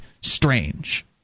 strange